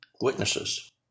witnesses